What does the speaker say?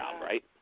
right